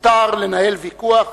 מותר לנהל ויכוח